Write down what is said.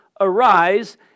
Arise